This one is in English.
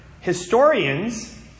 historians